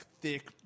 thick